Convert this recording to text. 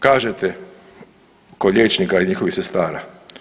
Kažete kod liječnika i njihovih sestara.